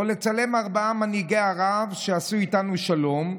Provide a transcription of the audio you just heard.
או לצלם ארבעה מנהיגי ערב שעשו איתנו שלום.